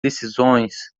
decisões